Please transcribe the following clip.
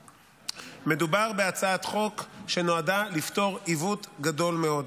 מדובר בהצעת חוק שנועדה לפתור עיוות גדול מאוד.